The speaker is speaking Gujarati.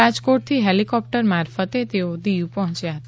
રાજકોટથી હેલિકોપ્ટર મારફતે તેઓ દીવ પહોંચ્યા હતા